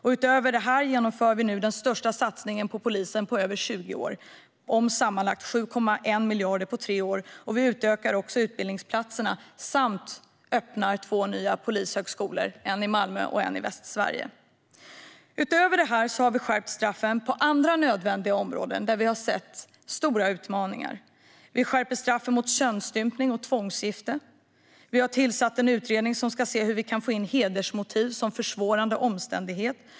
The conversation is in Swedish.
Utöver det här genomför vi nu den största satsningen på polisen på över 20 år om sammanlagt 7,1 miljarder på tre år. Vi utökar också utbildningsplatserna samt öppnar två nya polishögskolor, en i Malmö och en i Västsverige. Utöver det här har vi gjort nödvändiga straffskärpningar på andra områden där vi har sett stora utmaningar. Vi skärper straffen för könsstympning och tvångsgifte. Vi har tillsatt en utredning som ska se hur vi kan få in hedersmotiv som försvårande omständighet.